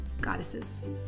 goddesses